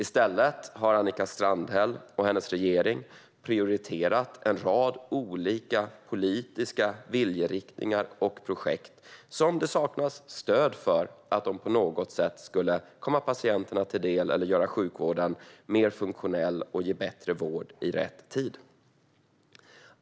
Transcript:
I stället har Annika Strandhäll och hennes regering prioriterat en rad olika politiska viljeriktningar och projekt som det saknas stöd för att de på något sätt skulle komma patienterna till del, göra sjukvården mer funktionell eller ge bättre vård i rätt tid.